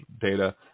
data